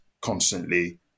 constantly